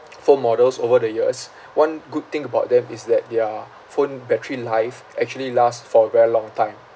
phone models over the years one good thing about them is that their phone battery life actually last for a very long time